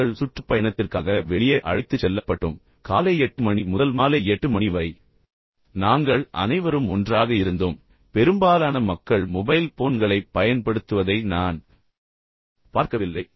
நாங்கள் சுற்றுப்பயணத்திற்காக வெளியே அழைத்துச் செல்லப்பட்டோம் பின்னர் காலை 8 மணி முதல் மாலை 8 மணி வரை நாங்கள் அனைவரும் ஒன்றாக இருந்தோம் பின்னர் பெரும்பாலான மக்கள் மொபைல் போன்களைப் பயன்படுத்துவதை நான் பார்க்கவில்லை